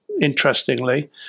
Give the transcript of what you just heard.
interestingly